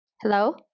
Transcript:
hello